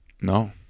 No